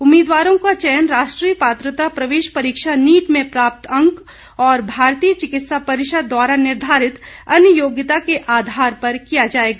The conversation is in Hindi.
उम्मीदवारों का चयन राष्ट्रीय पात्रता प्रवेश परीक्षा नीट में प्राप्त अंक और भारतीय चिकित्सा परिषद द्वारा निर्धारित अन्य योग्यता के आधार पर किया जाएगा